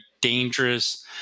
dangerous